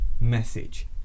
message